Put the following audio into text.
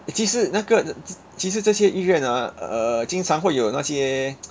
其实那个其实这些医院 ah uh 经常会有那些